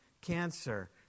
cancer